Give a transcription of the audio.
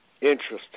Interesting